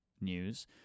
News